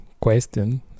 question